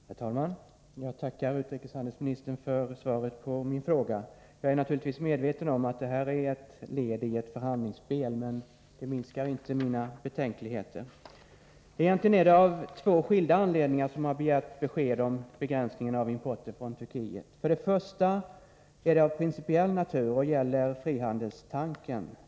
Herr talman! Jag tackar utrikeshandelsministern för svaret på min fråga. Jag är naturligtvis medveten om att det här är ett led i ett förhandlingsspel, men det minskar inte mina betänkligheter. Egentligen är det av två skilda anledningar som jag har begärt besked om begränsningen av importen från Turkiet. Den första anledningen är av principiell natur och gäller frihandelstanken.